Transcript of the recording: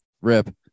rip